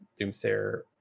Doomsayer